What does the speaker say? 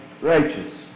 righteous